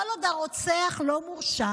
כל עוד הרוצח לא מורשע,